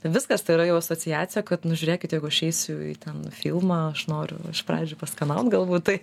viskas tai yra jau asociacija kad nu žiūrėkit jeigu aš eisiu į ten filmą aš noriu iš pradžių paskanaut galbūt tai